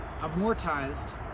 amortized